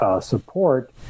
support